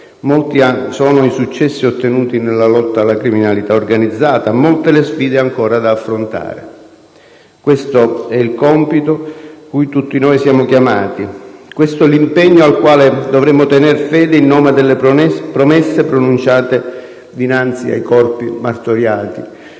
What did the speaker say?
Molti sono i successi ottenuti nella lotta alla criminalità organizzata, molte le sfide ancora da affrontare. Questo è il compito cui tutti noi siamo chiamati, questo l'impegno al quale dovremo tener fede in nome delle promesse pronunciate dinanzi ai corpi martoriati